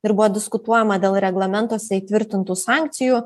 ir buvo diskutuojama dėl reglamentuose įtvirtintų sankcijų